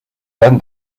then